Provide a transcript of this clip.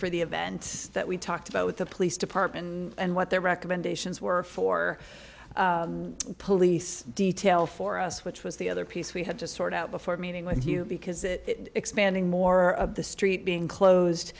for the events that we talked about with the police department and what their recommendations were for police detail for us which was the other piece we had to sort out before meeting with you because it expanding more of the street being closed